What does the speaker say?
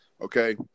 Okay